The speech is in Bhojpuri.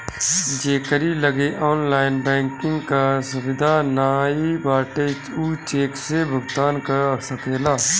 जेकरी लगे ऑनलाइन बैंकिंग कअ सुविधा नाइ बाटे उ चेक से भुगतान कअ सकेला